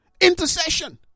intercession